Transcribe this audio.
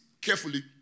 carefully